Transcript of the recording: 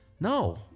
no